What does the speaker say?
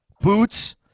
boots